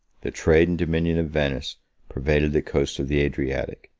the trade and dominion of venice pervaded the coast of the adriatic,